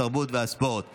התרבות והספורט נתקבלה.